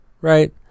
Right